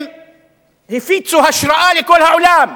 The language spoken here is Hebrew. הם הפיצו השראה לכל העולם,